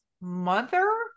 mother